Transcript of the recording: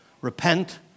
Repent